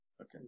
Okay